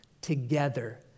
together